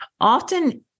often